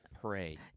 pray